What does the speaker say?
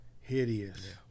hideous